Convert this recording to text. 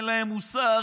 אין להם מוסר,